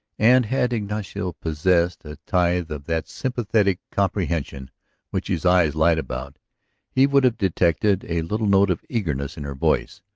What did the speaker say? and had ignacio possessed a tithe of that sympathetic comprehension which his eyes lied about he would have detected a little note of eagerness in her voice,